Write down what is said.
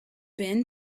been